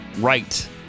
right